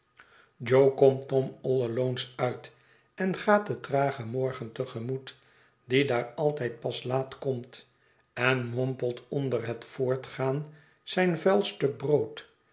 il al on e's uit en gaat den tragen morgen te gemoet die daar altijd pas laat komt en mommelt onder het voortgaan zijn vuil stuk brood